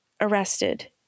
arrested